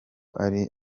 ari